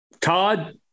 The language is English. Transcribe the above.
Todd